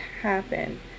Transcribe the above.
happen